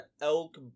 elk